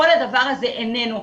כל הדבר הזה איננו.